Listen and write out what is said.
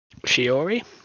Shiori